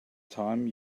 time